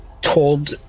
told